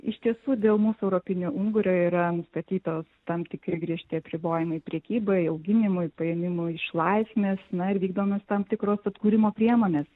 iš tiesų dėl mūsų europinio ungurio yra nustatytos tam tikri griežti apribojimai prekybai auginimui paėmimui iš laisvės na ir vykdomos tam tikros atkūrimo priemonės